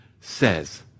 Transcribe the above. says